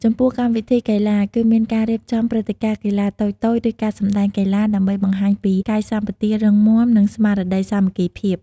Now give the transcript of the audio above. ចំពោះកម្មវិធីកីឡា គឺមានការរៀបចំព្រឹត្តិការណ៍កីឡាតូចៗ ឬការសម្ដែងកីឡា ដើម្បីបង្ហាញពីកាយសម្បទារឹងមាំ និងស្មារតីសាមគ្គីភាព។